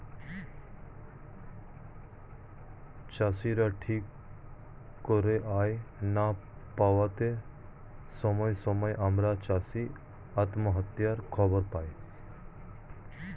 চাষীরা ঠিক করে আয় না পাওয়াতে সময়ে সময়ে আমরা চাষী আত্মহত্যার খবর পাই